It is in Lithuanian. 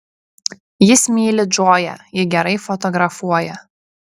jis myli džoją ji gerai fotografuoja